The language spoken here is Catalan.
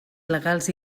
legals